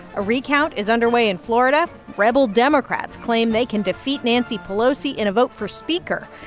a recount is underway in florida. rebel democrats claim they can defeat nancy pelosi in a vote for speaker.